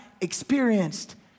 experienced